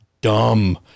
dumb